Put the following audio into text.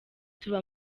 tuba